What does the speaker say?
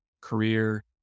career